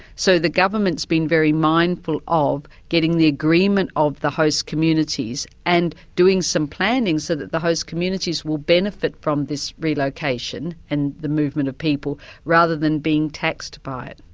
so the government's being very mindful of getting the agreement of the host communities and doing some planning so that the host communities will benefit from this relocation and the movement of people rather than being taxed by it.